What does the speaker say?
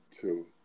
Two